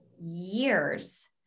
years